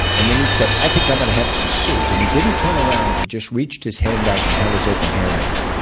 and then he said, i think i'm going to have some soup. and he didn't turn around, he just reached his hand back and held his open hand there.